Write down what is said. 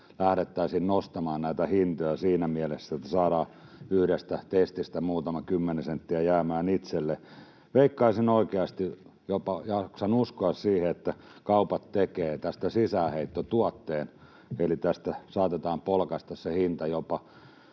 lähdettäisiin nostamaan näitä hintoja siinä mielessä, että saadaan yhdestä testistä muutama kymmenen senttiä jäämään itselle. Veikkaisin oikeasti, jopa jaksan uskoa siihen, että kaupat tekevät tästä sisäänheittotuotteen, eli tästä saatetaan polkaista se hinta jopa